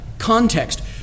context